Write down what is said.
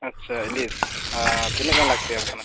ᱟᱪᱪᱷᱟ ᱤᱞᱤᱥ ᱛᱤᱱᱟᱹᱜ ᱜᱟᱱ ᱞᱟᱹᱠᱛᱤᱭᱟᱢ ᱠᱟᱱᱟ